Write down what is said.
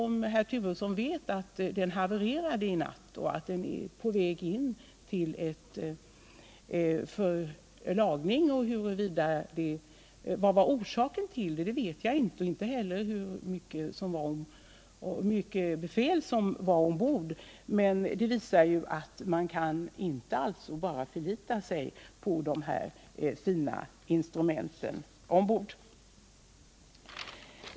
Bremön havererade i natt och är nu på väg in för reparation — jag vet inte om herr Turesson känner till det. Jag vet inte vad som var orsaken och inte heller hur mycket befäl som fanns ombord. Men detta visar att man inte bara kan förlita sig på de fina instrumenten ombord.